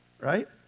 right